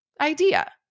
idea